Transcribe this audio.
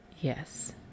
yes